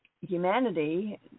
humanity